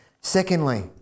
Secondly